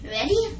Ready